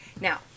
now